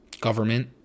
government